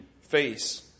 face